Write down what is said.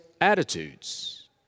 attitudes